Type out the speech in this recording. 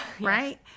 right